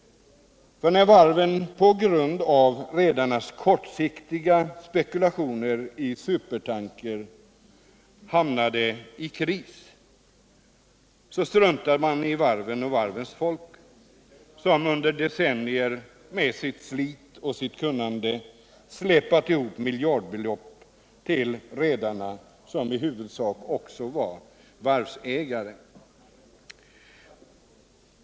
När varven — på grund av redarnas kortsiktiga spekulationer i supertankrar — hamnade i kris, struntade man i varven och varvens folk, som under decennier med sitt slit och sitt kunnande släpat ihop miljardbelopp till redarna, som i huvudsak också var varvsägare.